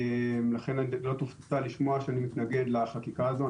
לכן לא תופתע שאני מתנגד לחקיקה הזו.